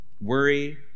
worry